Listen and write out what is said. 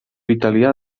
italià